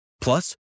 Plus